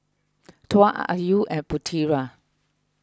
Tuah Ayu and Putera